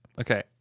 Okay